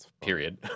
period